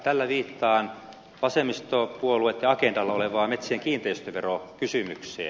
tällä viittaan vasemmistopuolueitten agendalla olevaan metsien kiinteistöverokysymykseen